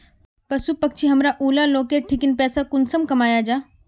पशु पक्षी हमरा ऊला लोकेर ठिकिन पैसा कुंसम कमाया जा?